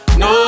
no